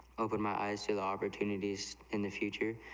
a compromise to the opportunities in the future,